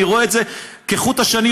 אני רואה את זה כחוט השני,